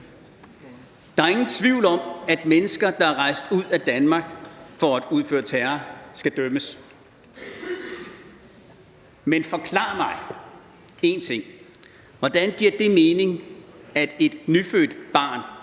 Der er ingen tvivl om, at mennesker, der er rejst ud af Danmark for at udføre terror, skal dømmes. Men forklar mig én ting: Hvordan giver det mening, at et nyfødt barn